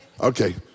Okay